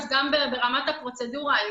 ברמת הפרוצדורה,